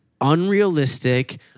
unrealistic